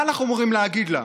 מה אנחנו אמורים להגיד לה?